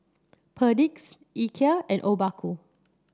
Perdix Ikea and Obaku